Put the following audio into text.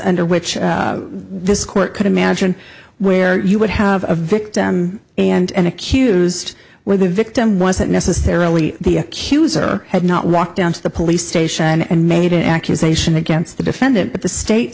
under which this court could imagine where you would have a victim and an accused where the victim wasn't necessarily the accuser had not walked down to the police station and made an accusation against the defendant but the state